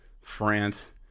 france